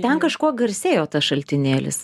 ten kažkuo garsėjo tas šaltinėlis